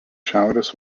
šiaurės